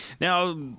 Now